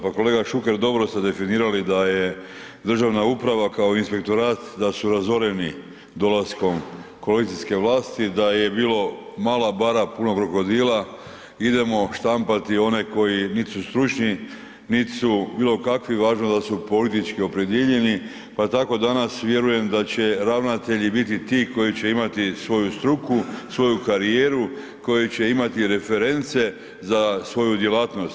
Pa kolega Šuker, dobro ste definirali da je državna uprav kao inspektorat, da su razoreni dolaskom koalicijske vlasti, da je bilo mala bara puna krokodila, idemo štampati one koji nit su stručni, nit su bilokakvi, važno da su politički opredijeljeni pa tako danas vjerujem da će ravnatelji biti ti koji će imati svoju struku, svoju karijeru, koji će imati reference za svoju djelatnost.